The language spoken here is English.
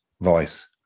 voice